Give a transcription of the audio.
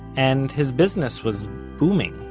and his business was booming.